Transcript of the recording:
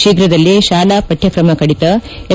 ಶೀಘದಲ್ಲೇ ಶಾಲಾ ಪಠ್ವಕ್ರಮ ಕಡಿತ ಎಸ್